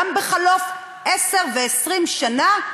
גם בחלוף עשר ו-20 שנה,